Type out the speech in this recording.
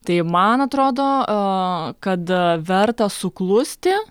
tai man atrodo kad verta suklusti